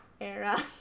era